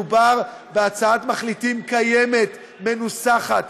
מדובר בהצעת מחליטים קיימת, מנוסחת.